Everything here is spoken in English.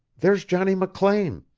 there's johnny mclean.